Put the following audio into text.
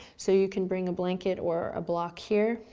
so you can bring a blanket or a block here,